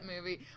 movie